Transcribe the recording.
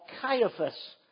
Caiaphas